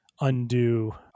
Undo